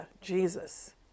Jesus